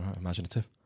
imaginative